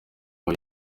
aho